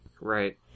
Right